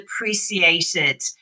appreciated